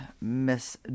miss